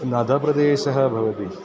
नदी प्रदेशः भवति